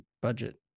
budget